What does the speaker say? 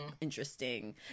interesting